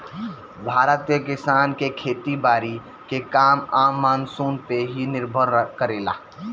भारत के किसान के खेती बारी के काम मानसून पे ही निर्भर करेला